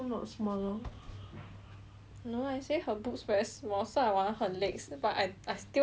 no I say her boobs very small so I want her legs but I I still want to keep my own boobs